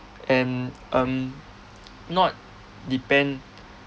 and um not depend